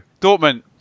Dortmund